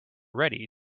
ready